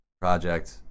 project